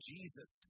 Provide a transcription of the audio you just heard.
Jesus